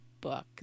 book